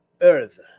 earth